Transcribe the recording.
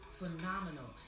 phenomenal